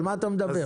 על מה אתה מדבר?